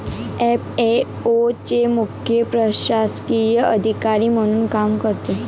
FAO चे मुख्य प्रशासकीय अधिकारी म्हणून काम करते